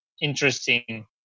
interesting